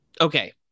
Okay